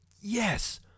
yes